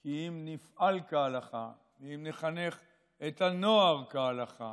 כי אם נפעל כהלכה, אם נחנך את הנוער כהלכה,